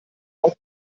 auch